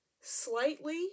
slightly